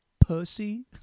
pussy